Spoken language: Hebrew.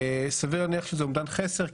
סביר להניח שזה אומדן חסר,